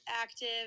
active